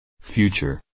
Future